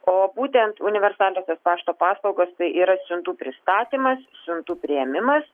o būtent universaliosios pašto paslaugos tai yra siuntų pristatymas siuntų priėmimas